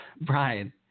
Brian